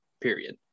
period